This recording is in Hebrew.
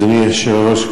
אדוני היושב-ראש,